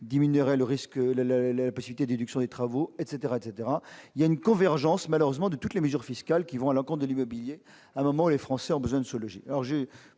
diminuerait la possibilité de déduction des travaux, etc. Il y a malheureusement une convergence de toutes les mesures fiscales qui vont à l'encontre de l'immobilier à un moment où les Français ont besoin de se loger.